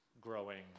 growing